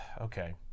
Okay